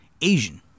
Asian